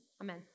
Amen